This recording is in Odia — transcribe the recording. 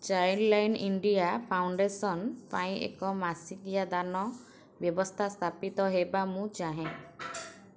ଚାଇଲ୍ଡ୍ ଲାଇନ୍ ଇଣ୍ଡିଆ ଫାଉଣ୍ଡେସନ୍ ପାଇଁ ଏକ ମାସିକିଆ ଦାନ ବ୍ୟବସ୍ଥା ସ୍ଥାପିତ ହେବା ମୁଁ ଚାହେଁ